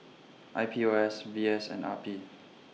I P O S V S and R P